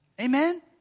Amen